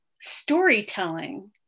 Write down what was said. storytelling